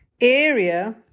area